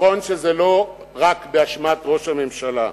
נכון שזה לא רק באשמת ראש הממשלה,